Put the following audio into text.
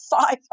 five